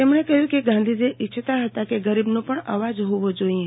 તેમણે કહ્યું કે ગાંધીજી ઇચ્છતા હતા કે ગરીબનો પણ અવાજ હોવો જોઇએ